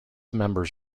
members